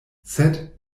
sed